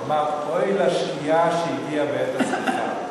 הוא אמר: אוי לשקיעה שהגיעה בעת הזריחה,